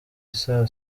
isaa